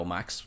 Max